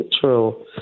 true